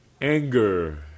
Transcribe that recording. anger